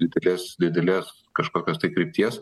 didelės didelės kažkokios tai krypties